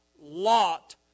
Lot